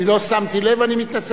אני לא שמתי לב ואני מתנצל.